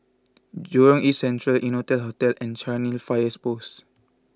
Jurong East Central Innotel Hotel and Cairnhill Fire Post